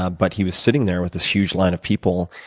ah but he was sitting there with this huge line of people,